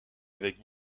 avec